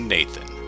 Nathan